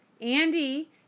Andy